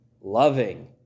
loving